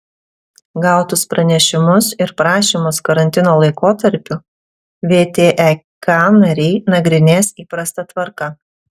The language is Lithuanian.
gautus pranešimus ir prašymus karantino laikotarpiu vtek nariai nagrinės įprasta tvarka